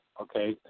okay